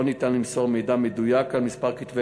לא ניתן למסור מידע מדויק על מספר כתבי